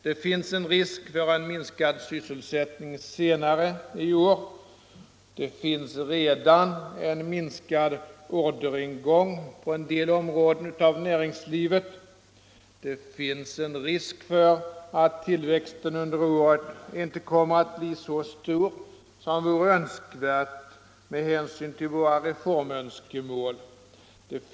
Det finns en risk för minskad sysselsättning senare i år. Redan föreligger en minskad orderingång på en del områden av näringslivet. Det finns en risk för att tillväxten under året inte kommer att bli så stor som vore önskvärt med hänsyn till våra reformönskemål.